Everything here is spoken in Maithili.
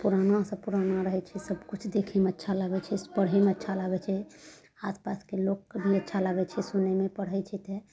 पुरानासँ पुराना रहय छै सबकिछु देखयमे अच्छा लागय छै पढ़यमे अच्छा लागय छै आसपासके लोकके भी अच्छा लागय छै सुनयमे पढ़य छै तऽ